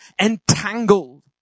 entangled